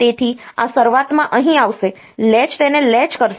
તેથી આ શરૂઆતમાં અહીં આવશે લૅચ તેને લૅચ કરશે